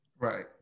Right